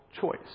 choice